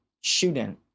shooting